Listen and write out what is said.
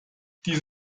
dies